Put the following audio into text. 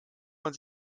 man